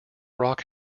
rock